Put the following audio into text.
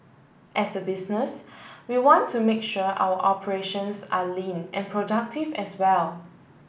as a business we want to make sure our operations are lean and productive as well